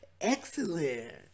Excellent